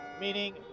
meaning